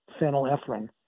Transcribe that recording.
phenylephrine